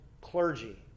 clergy